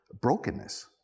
brokenness